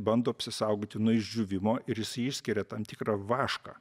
bando apsisaugoti nuo išdžiūvimo ir jisai išskiria tam tikrą vašką